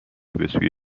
بسوی